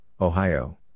Ohio